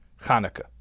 Hanukkah